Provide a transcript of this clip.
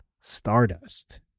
Stardust